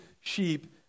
sheep